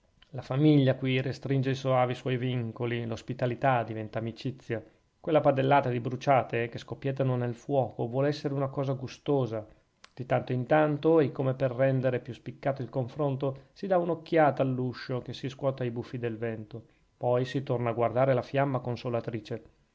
la famiglia qui restringe i soavi suoi vincoli l'ospitalità diventa amicizia quella padellata di bruciate che scoppiettano nel fuoco vuol essere una cosa gustosa di tanto in tanto e come per rendere più spiccato il confronto si dà un'occhiata all'uscio che si scuote ai buffi del vento poi si torna a guardare la fiamma consolatrice